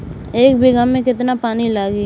एक बिगहा में केतना पानी लागी?